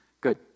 Good